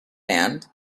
band